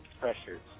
pressures